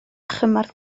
chymorth